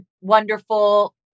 wonderful